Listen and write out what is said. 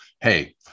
Hey